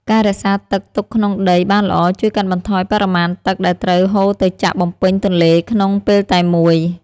ការរក្សាទឹកទុកក្នុងដីបានល្អជួយកាត់បន្ថយបរិមាណទឹកដែលត្រូវហូរទៅចាក់បំពេញទន្លេក្នុងពេលតែមួយ។